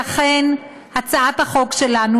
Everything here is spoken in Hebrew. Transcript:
לכן הצעת החוק שלנו,